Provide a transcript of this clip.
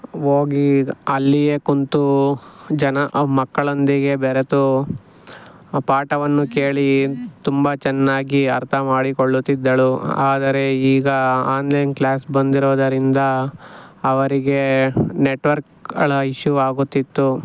ಹೋಗಿ ಅಲ್ಲಿಯೇ ಕುಳ್ತು ಜನ ಆ ಮಕ್ಕಳೊಂದಿಗೆ ಬೆರೆತು ಆ ಪಾಠವನ್ನು ಕೇಳಿ ತುಂಬ ಚೆನ್ನಾಗಿ ಅರ್ಥಮಾಡಿಕೊಳ್ಳುತ್ತಿದ್ದಳು ಆದರೆ ಈಗ ಆನ್ಲೈನ್ ಕ್ಲಾಸ್ ಬಂದಿರೋದರಿಂದ ಅವರಿಗೆ ನೆಟ್ವರ್ಕ್ಗಳ ಇಶ್ಯೂ ಆಗುತ್ತಿತ್ತು